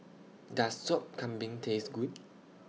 Does Sop Kambing Taste Good